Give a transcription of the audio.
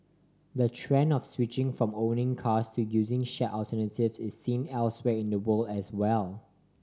the trend of switching from owning cars to using shared alternatives is seen elsewhere in the world as well